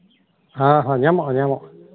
ᱧᱟᱢᱚᱜᱼᱟ ᱧᱟᱢᱚᱜᱼᱟ